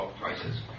prices